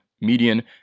median